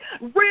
real